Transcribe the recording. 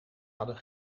hadden